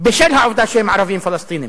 בשל העובדה שהם ערבים פלסטינים.